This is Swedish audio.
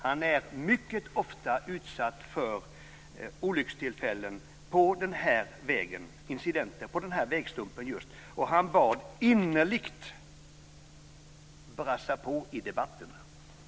Han är mycket ofta utsatt för olyckstillbud och incidenter på just denna vägstump. Han bad mig innerligt att brassa på i debatten. Tack för ordet.